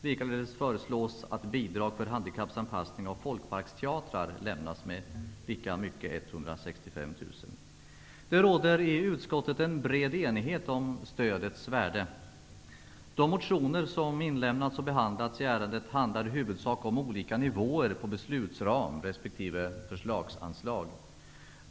Likaledes föreslås att bidrag för handikappanpassning av folkparksteatrar lämnas med lika mycket, dvs. 165 000 kr. Det råder i utskottet en bred enighet om stödets värde. De motioner som väckts och behandlats i ärendet handlar i huvudsak om olika nivåer på beslutsram resp. förslagsanslag.